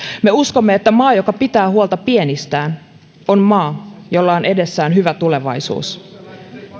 me uskomme että maa joka pitää huolta pienistään on maa jolla on edessään hyvä tulevaisuus